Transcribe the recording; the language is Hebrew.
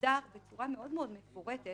יוסדה בצורה מאוד-מאוד מפורטת